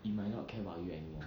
you might not care about you anymore